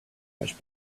much